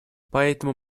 поэтому